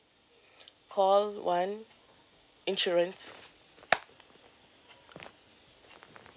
call one insurance